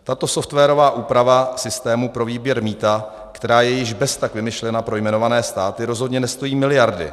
Tato softwarová úprava systému pro výběr mýta, která je již beztak vymyšlena pro jmenované státy, rozhodně nestojí miliardy.